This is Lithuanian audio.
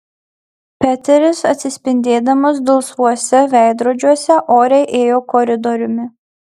peteris atsispindėdamas dulsvuose veidrodžiuose oriai ėjo koridoriumi